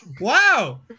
Wow